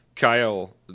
Kyle